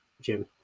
Jim